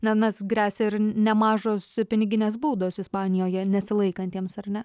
na nes gresia ir nemažos piniginės baudos ispanijoje nesilaikantiems ar ne